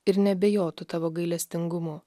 ir neabejotų tavo gailestingumu